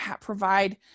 provide